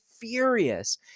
furious